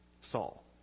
Saul